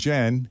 Jen